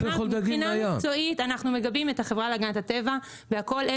מבחינה מקצועית אנחנו מגבים את החברה להגנת הטבע בכול.